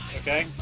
okay